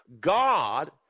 God